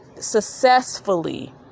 successfully